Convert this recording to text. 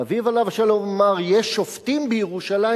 ואביו עליו השלום אמר: יש שופטים בירושלים,